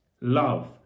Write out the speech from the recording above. Love